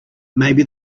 maybe